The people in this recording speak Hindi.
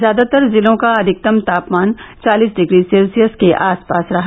ज्यादातर जिलों का अधिकतम तापमान चालिस डिग्री सेल्सियस के आसपास रहा